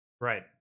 Right